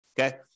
Okay